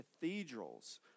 cathedrals